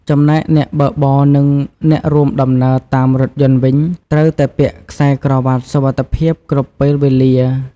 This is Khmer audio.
ចំណែកអ្នកបើកបរនិងអ្នករួមដំណើរតាមរថយន្តវិញ ត្រូវតែពាក់ខ្សែក្រវាត់សុវត្ថិភាពគ្រប់ពេលវេលា។